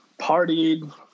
partied